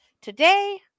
today